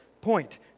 point